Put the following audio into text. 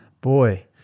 boy